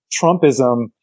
Trumpism